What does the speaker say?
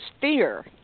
fear